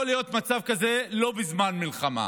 יכול להיות מצב כזה לא בזמן מלחמה,